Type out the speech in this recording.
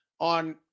on